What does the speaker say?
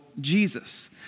Jesus